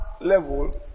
level